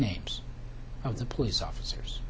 names of the police officers